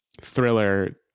thriller